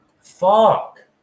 Fuck